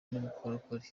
n’ubukorikori